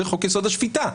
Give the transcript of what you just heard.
זה חוק יסוד: השפיטה.